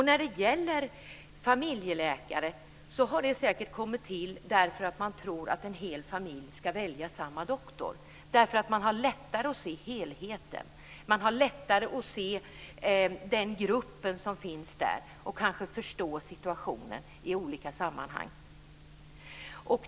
Begreppet familjeläkare har säkert kommit till därför att man tror att en hel familj ska välja samma doktor eftersom man har lättare att se helheten då. Man har lättare att se den grupp som finns där och kanske förstå situationen i olika sammanhang.